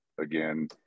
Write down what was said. again